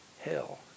hell